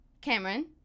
Cameron